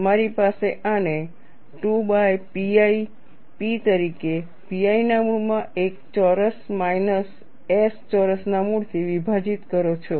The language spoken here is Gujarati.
તમારી પાસે આને 2pi P તરીકે pi ના મૂળમાં એક ચોરસ માઇનસ s ચોરસના મૂળથી વિભાજિત કરો છો